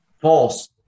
false